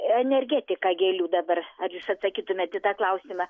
energetika gėlių dabar ar jūs atsakytumėt į tą klausimą